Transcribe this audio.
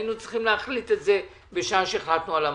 היינו צריכים להחליט את זה בשעה שהחלטנו על המענקים.